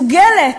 מסוגלת